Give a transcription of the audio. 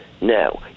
No